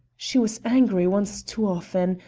she was angry once too often.